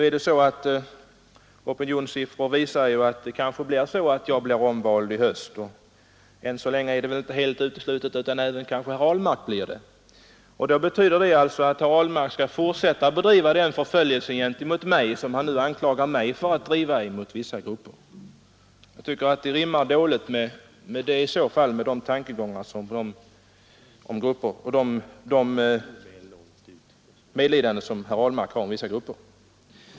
Opinionssiffror visar ju att jag kanske blir omvald i höst, och än så länge är det väl inte helt uteslutet att även herr Ahlmark blir det. Då betyder det alltså att herr Ahlmark skall fortsätta att gentemot mig bedriva den förföljelse som han nu anklagar mig för att driva mot vissa grupper. Jag tycker att det i så fall rimmar dåligt med herr Ahlmarks tankegångar om och medlidande med vissa grupper.